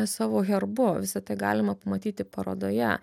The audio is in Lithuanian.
savo herbu visa tai galima pamatyti parodoje